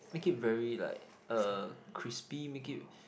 make it very like uh crispy make it